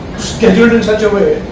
schedule in such a way,